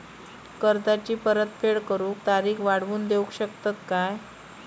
कर्जाची परत फेड करूक तारीख वाढवून देऊ शकतत काय?